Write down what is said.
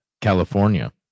California